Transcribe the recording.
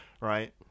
Right